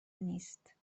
نیست